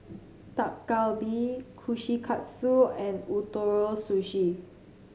Dak Galbi Kushikatsu and Ootoro Sushi